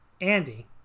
Andy